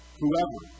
whoever